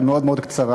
היא מאוד מאוד קצרה.